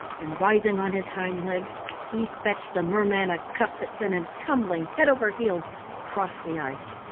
and rising on his hind legs he fetched the merman a cuff that sent him tumbling head over heels across the ice.